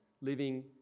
living